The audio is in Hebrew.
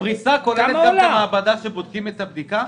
הפריסה כוללת גם את המעבדה שבה בודקים את הדגימה?